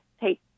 take